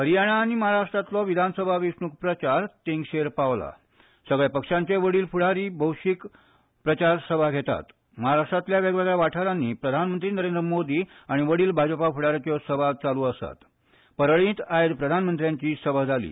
हरियाना आनी महाराष्ट्रांतलो विधानसभा वेंचणूक प्रचार तेंगशेक पावला सगल्या पक्षाचे वडील फूडारी भौशीक सभा घेतात महाराष्ट्रांतल्या वेगवेगळ्या वाठारांनी प्रधानमंत्री नरेंद्र मोदी आनी वडील भाजपा फूडाऱ्यांच्यो सभा चालू आसात परळीत आज प्रधानमंत्र्याची सभा जाली